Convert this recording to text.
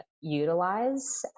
utilize